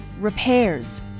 repairs